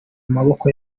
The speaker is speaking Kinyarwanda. maboko